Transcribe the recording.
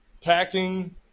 Packing